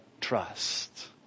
trust